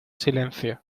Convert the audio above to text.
silencio